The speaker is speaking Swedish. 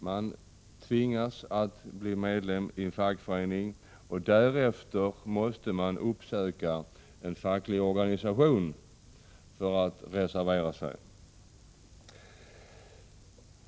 Man tvingas bli medlem i en fackförening, och därefter måste man uppsöka en facklig organisation för att reservera sig.